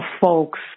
folks